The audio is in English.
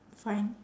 fine